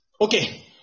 okay